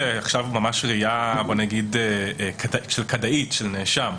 בראייה כדאית של נאשם,